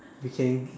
we can